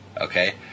okay